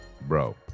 bro